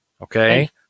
Okay